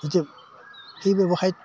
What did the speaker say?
এতিয়া সেই ব্যৱসায়ত